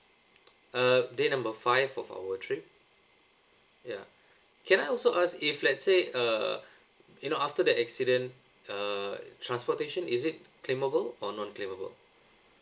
err day number five of our trip ya can I also ask if let's say uh you know after that accident uh transportation is it claimable or non claimable